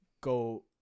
Go